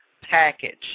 package